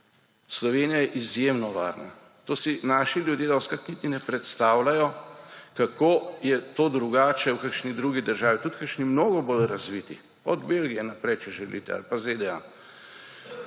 Slovenija je izjemno varna. To si naši ljudje dostikrat niti ne predstavljajo, kako je to drugače v kakšni drugi državi, tudi kakšni mnogo bolj razviti, od Belgije naprej, če želite, ali pa ZDA.